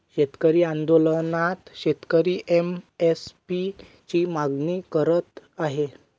शेतकरी आंदोलनात शेतकरी एम.एस.पी ची मागणी करत आहे